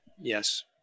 Yes